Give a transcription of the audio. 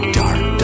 dark